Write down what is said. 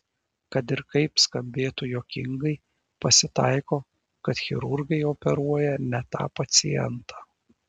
kad ir kaip skambėtų juokingai pasitaiko kad chirurgai operuoja ne tą pacientą